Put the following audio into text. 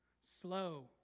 slow